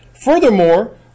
Furthermore